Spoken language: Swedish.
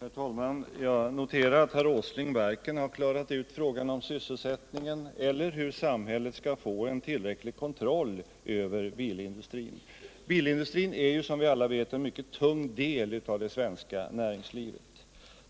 Herr talman! Jag noterar att herr Åsling varken har klarat ut frågan om sysselsättningen eller hur samhället skall få en tillräcklig kontroll över bilindustrin. Bilindustrin är, som vi alla vet, en mycket tung del av det svenska näringslivet.